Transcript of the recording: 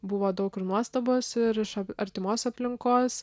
buvo daug ir nuostabos ir iš artimos aplinkos